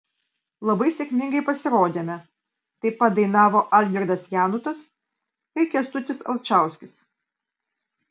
labai sėkmingai pasirodėme taip pat dainavo algirdas janutas ir kęstutis alčauskis